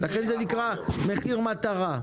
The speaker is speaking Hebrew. לכן זה נקרא מחיר מטרה.